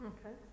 Okay